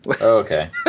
okay